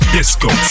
Disco